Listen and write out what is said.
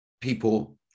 people